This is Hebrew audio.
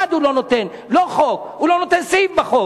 אחד הוא לא נותן, לא חוק, הוא לא נותן סעיף בחוק.